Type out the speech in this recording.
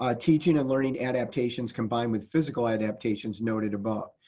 ah teaching and learning adaptations combined with physical adaptations noted above.